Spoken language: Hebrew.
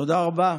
תודה רבה.